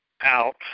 out